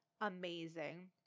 amazing